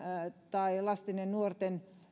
tai lasten ja nuorten